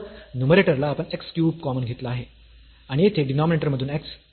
तर न्यूमरेटर ला आपण x क्यूब कॉमन घेतला आहे आणि येथे डीनॉमिनेटर मधून x